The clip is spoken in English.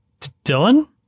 Dylan